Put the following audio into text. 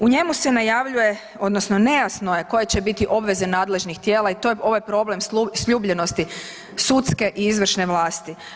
U njemu se najavljuje odnosno nejasno je koje će biti obveze nadležnih tijela i to je ovaj problem sljubljenosti sudske i izvršne vlasti.